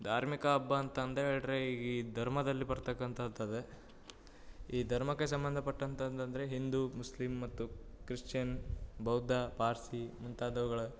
ಧಾರ್ಮಿಕ ಹಬ್ಬ ಅಂತಂದು ಹೇಳ್ರೆ ಈ ಧರ್ಮದಲ್ಲಿ ಬರ್ತಕ್ಕಂಥದ್ದು ಇರ್ತದೆ ಈ ಧರ್ಮಕ್ಕೆ ಸಂಬಂಧಪಟ್ಟಂಥದ್ದು ಅಂದರೆ ಹಿಂದೂ ಮುಸ್ಲಿಮ್ ಮತ್ತು ಕ್ರಿಶ್ಚಿಯನ್ ಬೌದ್ಧ ಪಾರ್ಸಿ ಮುಂತಾದವುಗಳ